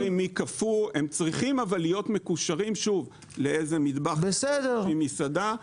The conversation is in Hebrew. אבל הם צריכים להיות מקושרים לאיזה מטבח-אם של מסעדה.